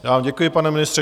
Já vám děkuji, pane ministře.